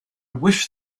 wish